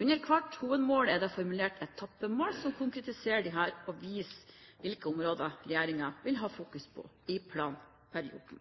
Under hvert hovedmål er det formulert etappemål som konkretiserer disse, og viser hvilke områder regjeringen vil ha fokus på i planperioden.